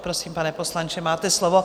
Prosím, pane poslanče, máte slovo.